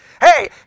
Hey